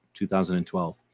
2012